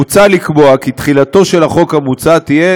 מוצע לקבוע כי תחילתו של החוק המוצע תהיה